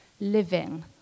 living